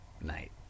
night